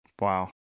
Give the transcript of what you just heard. Wow